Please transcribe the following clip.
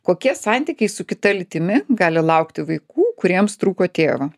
kokie santykiai su kita lytimi gali laukti vaikų kuriems trūko tėvo